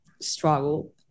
struggle